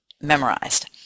memorized